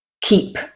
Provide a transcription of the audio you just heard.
keep